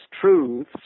truths